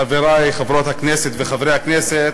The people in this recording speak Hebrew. חברי חברות הכנסת וחברי הכנסת,